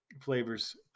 flavors